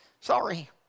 Sorry